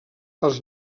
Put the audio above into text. als